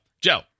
Joe